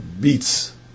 beats